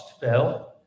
Bill